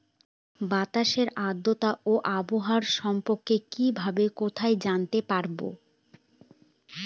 বাতাসের আর্দ্রতা ও আবহাওয়া সম্পর্কে কিভাবে কোথায় জানতে পারবো?